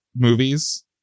Movies